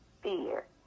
fear